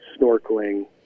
snorkeling